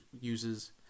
uses